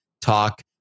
talk